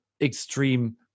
extreme